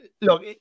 look